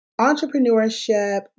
entrepreneurship